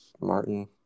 Martin